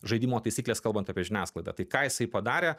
žaidimo taisykles kalbant apie žiniasklaidą tai ką jisai padarė